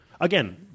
Again